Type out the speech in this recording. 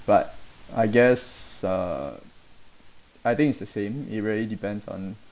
but I guess uh I think it's the same it really depends on